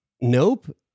Nope